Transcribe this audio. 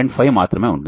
5 మాత్రమే ఉంది